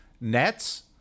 Nets